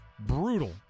brutal